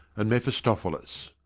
and mephistophilis.